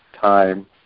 time